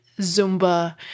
Zumba